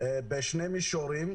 בשני מישורים.